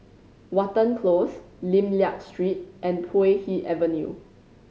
Watten Close Lim Liak Street and Puay Hee Avenue